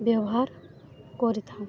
ବ୍ୟବହାର କରିଥାଉ